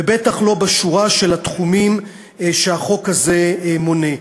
ובטח לא בשורה של התחומים שהחוק הזה מונה.